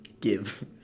give